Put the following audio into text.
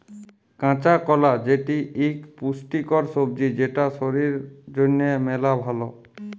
কাঁচা কলা যেটি ইক পুষ্টিকর সবজি যেটা শরীর জনহে মেলা ভাল